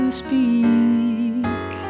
speak